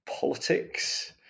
politics